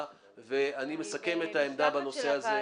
ואני מסכם את העמדה בנושא הזה.